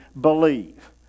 believe